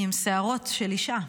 עם שערות של אישה,